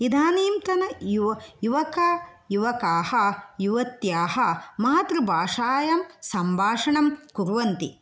इदानीन्तन युव युवका युवकाः युवत्याः मातृभाषायां सम्भाषणं कुर्वन्ति